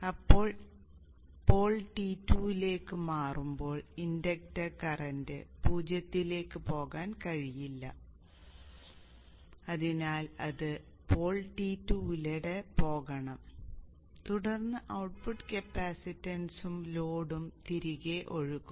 അപ്പോൾ pole T2 ലേക്ക് മാറുമ്പോൾ ഇൻഡക്റ്റർ കറന്റ് 0 ലേക്ക് പോകാൻ കഴിയില്ല അതിനാൽ അത് പോൾ T2 ലൂടെ പോകണം തുടർന്ന് ഔട്ട്പുട്ട് കപ്പാസിറ്റൻസും ലോഡും തിരികെ ഒഴുകും